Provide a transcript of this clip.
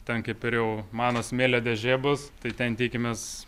ten kaip ir jau mano smėlio dėžė bus tai ten tikimės